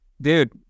Dude